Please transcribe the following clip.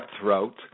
throat